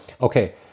okay